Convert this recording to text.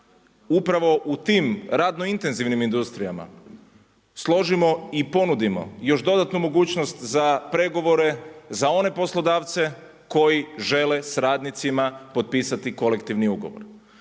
upravo u tim radno intenzivnim industrijama složimo i ponudimo još dodatnu mogućnost za pregovore, za one poslodavce koji žele s radnicima potpisati kolektivni ugovor.